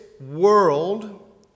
world